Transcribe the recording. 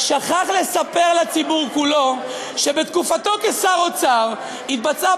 רק שכח לספר לציבור כולו שבתקופתו כשר אוצר התבצעה